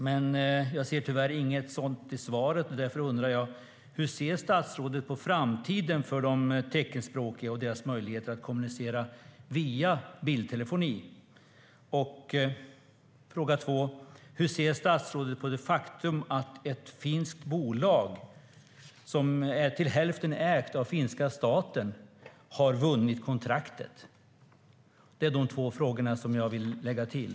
Men jag ser tyvärr inget sådant i svaret. Därför undrar jag: Hur ser statsrådet på framtiden för de teckenspråkiga och deras möjligheter att kommunicera via bildtelefoni? Hur ser statsrådet på det faktum att ett finskt bolag som är till hälften ägt av finska staten har vunnit kontraktet? Det är de två frågor jag vill lägga till.